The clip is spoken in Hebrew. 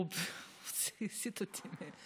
הוא הסיט אותי.